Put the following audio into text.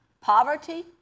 poverty